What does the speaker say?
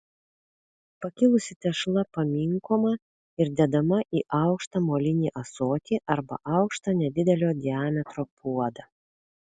pakilusi tešla paminkoma ir dedama į aukštą molinį ąsotį arba aukštą nedidelio diametro puodą